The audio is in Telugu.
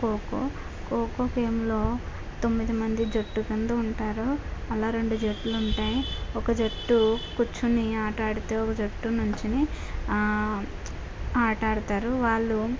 కోకో కోకో గేమ్లో తొమ్మిది మంది జట్టు కింద ఉంటారు అలా రెండు జట్లు ఉంటే ఒక జట్టు కూర్చొని ఆటాడితో ఒక జట్టు నిలుచుని ఆ ఆట ఆడతారు వాళ్ళు